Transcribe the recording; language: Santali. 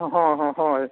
ᱦᱳᱭ ᱦᱳᱭ ᱦᱳᱭ